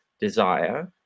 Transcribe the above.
desire